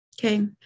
Okay